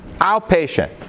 Outpatient